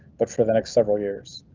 but for the next several years.